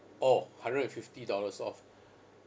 orh hundred and fifty dollars off